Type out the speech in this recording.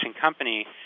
company